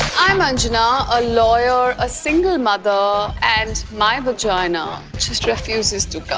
i'm ah anjana. a lawyer, a single mother, and my vagina, just refuses to cum?